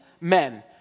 men